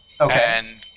Okay